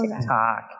TikTok